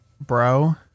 Bro